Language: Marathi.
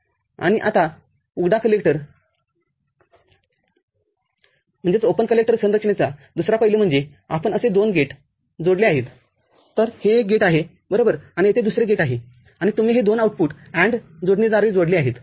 आणि उघडा कलेक्टरसंरचनेचा दुसरा पैलू म्हणजे आपण असे दोन गेट जोडले तरहे एक गेटआहे बरोबर आणि तेथे दुसरे गेट आहे आणि तुम्ही हे दोन आउटपुट ANDजोडणीद्वारे जोडत आहात